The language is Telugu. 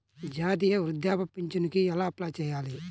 జాతీయ వృద్ధాప్య పింఛనుకి ఎలా అప్లై చేయాలి?